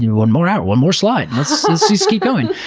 and one more hour, one more slide, let's just let's just keep going.